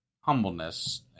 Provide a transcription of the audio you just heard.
humbleness